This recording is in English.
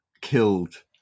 killed